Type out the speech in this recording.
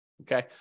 Okay